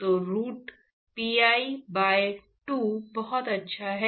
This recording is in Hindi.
तो रूट pi बाय 2 बहुत अच्छा है